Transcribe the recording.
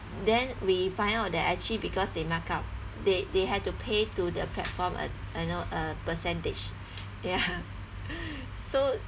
then we find out that actually because they markup they they had to pay to the platform a you know a percentage ya so